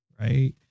right